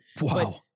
wow